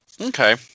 Okay